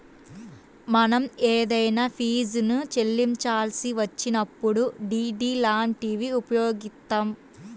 మనం ఏదైనా ఫీజుని చెల్లించాల్సి వచ్చినప్పుడు డి.డి లాంటివి ఉపయోగిత్తాం